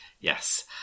Yes